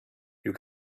you